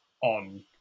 on